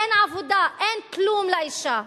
אין עבודה, אין כלום לאשה.